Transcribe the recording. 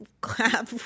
clap